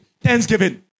thanksgiving